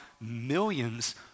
millions